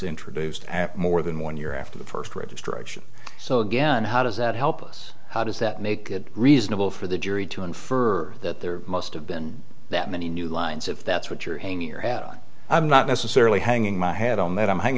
introduced at more than one year after the first registration so again how does that help us how does that make it reasonable for the jury to infer that there must have been that many new lines if that's what you're hanging your hat on i'm not necessarily hanging my head on that i'm